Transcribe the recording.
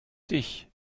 dich